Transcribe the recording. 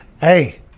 Hey